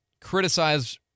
criticize